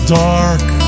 dark